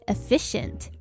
Efficient